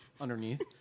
underneath